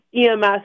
EMS